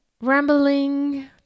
rambling